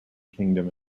kingdom